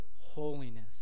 holiness